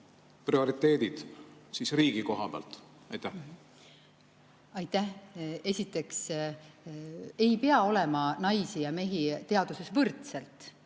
prioriteedid siis riigi koha pealt? Aitäh! Esiteks ei pea olema naisi ja mehi teaduses võrdselt,